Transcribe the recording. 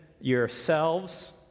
yourselves